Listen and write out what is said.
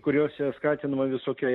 kuriose skatinama visokia